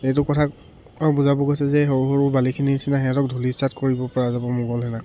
এইটো কথাক বুজাব গৈছে যে সৰু সৰু বালিখিনিৰ নিচিনা সিহঁতক ধূলিসাৎ কৰিব পৰা যাব মোগল সেনাক